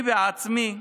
אני בעצמי,